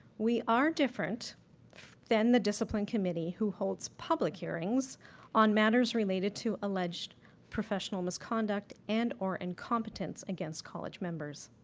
we are different than the discipline committee who holds public hearings on matters related to alleged professional misconduct and or incompetence against college members.